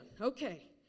Okay